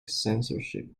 censorship